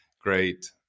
Great